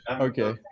Okay